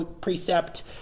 precept